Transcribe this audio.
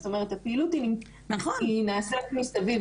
זאת אומרת, הפעילות נעשית מסביב לערים האלה.